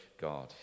God